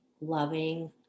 loving